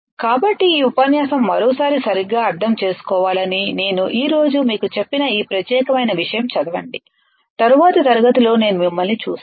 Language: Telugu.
కాబట్టి ఈ ఉపన్యాసం మరోసారి సరిగ్గా అర్థం చేసుకోవాలని నేను ఈ రోజు మీకు చెప్పిన ఈ ప్రత్యేకమైన విషయం చదవండి తరువాతి తరగతిలో నేను మిమ్మల్ని చూస్తాను